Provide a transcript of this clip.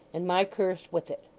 and my curse with it.